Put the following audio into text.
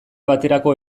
baterako